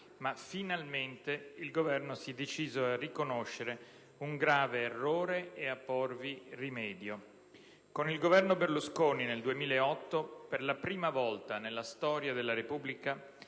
ma finalmente il Governo si è deciso a riconoscere un grave errore ed a porvi rimedio. Con il Governo Berlusconi nel 2008, per la prima volta nella storia della Repubblica,